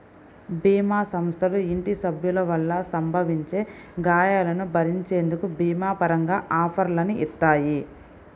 భీమా సంస్థలు ఇంటి సభ్యుల వల్ల సంభవించే గాయాలను భరించేందుకు భీమా పరంగా ఆఫర్లని ఇత్తాయి